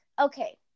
okay